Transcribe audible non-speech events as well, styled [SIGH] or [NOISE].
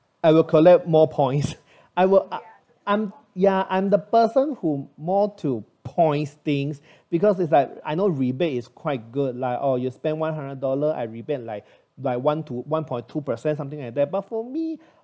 I will collect more points [BREATH] I were u~ I'm ya I'm the person who more to points things because it's like I know rebate is quite good like or you spend one hundred dollar I rebate like like one two one point two percent something like that before me